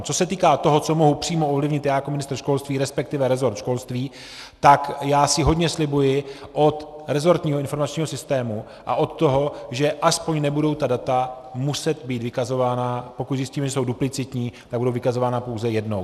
Co se týká toho, co mohu přímo ovlivnit já jako ministr školství, resp. rezort školství, tak já si hodně slibuji od rezortního informačního systému a od toho, že aspoň nebudou ta data muset být vykazována, pokud zjistíme, že jsou duplicitní, tak budou vykazována pouze jednou.